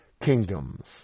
kingdoms